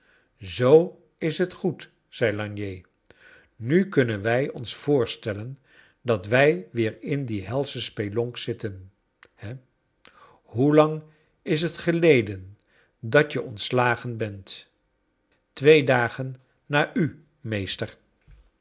zoo is t goed zei lagnier nu kunnen wij ons voorstellen dat wij weer in die helsche spelonk zitten kleine doerit he hoe lang is t geleden dat je ontslagen bent twee dagen na u meester